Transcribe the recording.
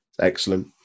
excellent